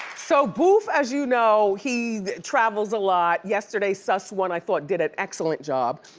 so boof, as you know, he travels a lot. yesterday ssuss one i thought did an excellent job.